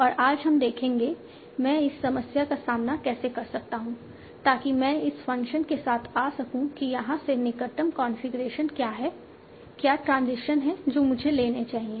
और आज हम देखेंगे मैं इस समस्या का सामना कैसे कर सकता हूं ताकि मैं इस फ़ंक्शन के साथ आ सकूं कि यहां से निकटतम कॉन्फ़िगरेशन क्या है क्या ट्रांजिशन है जो मुझे लेना चाहिए